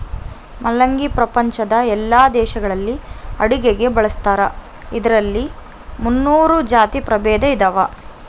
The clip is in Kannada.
ಮುಲ್ಲಂಗಿ ಪ್ರಪಂಚದ ಎಲ್ಲಾ ದೇಶಗಳಲ್ಲಿ ಅಡುಗೆಗೆ ಬಳಸ್ತಾರ ಇದರಲ್ಲಿ ಮುನ್ನೂರು ಜಾತಿ ಪ್ರಭೇದ ಇದಾವ